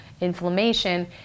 inflammation